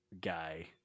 guy